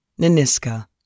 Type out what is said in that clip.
Naniska